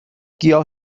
گیاه